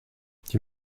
die